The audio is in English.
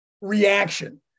reaction